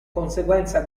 conseguenza